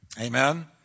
Amen